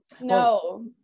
No